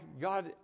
God